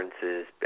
differences